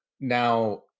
now